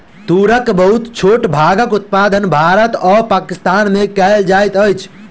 तूरक बहुत छोट भागक उत्पादन भारत आ पाकिस्तान में कएल जाइत अछि